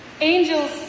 Angels